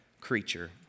creature